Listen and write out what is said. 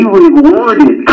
rewarded